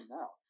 now